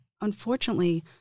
unfortunately